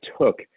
took